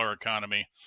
economy